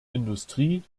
industrie